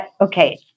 Okay